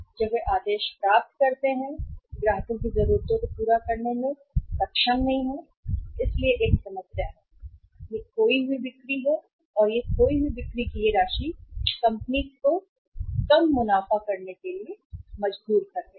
जब वे आदेश प्राप्त कर रहे हैं वे ग्राहक की जरूरतों को पूरा करने में सक्षम नहीं हैं इसलिए एक समस्या है और यह है खोई हुई बिक्री या खोई हुई बिक्री की यह राशि कंपनी को मुनाफा कम करने के लिए मजबूर कर रही है